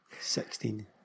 Sixteen